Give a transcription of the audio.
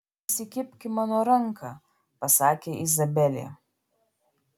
įsikibk į mano ranką pasakė izabelė